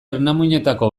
ernamuinetako